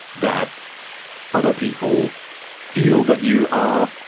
that other people feel that you are